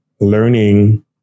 learning